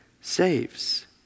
saves